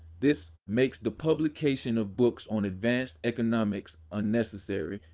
this makes the publication of books on advanced economics unnecessary,